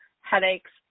headaches